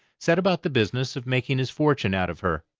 set about the business of making his fortune out of her.